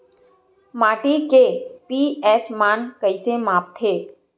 माटी के पी.एच मान कइसे मापथे?